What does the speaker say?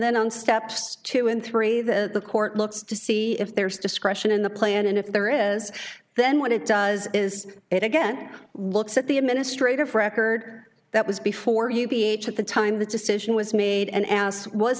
then on steps two and three the court looks to see if there's discretion in the plan and if there is then what it does is it again looks at the administrative record that was before you b h at the time the decision was made an ass w